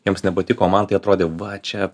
jiems nepatiko o man tai atrodė va čia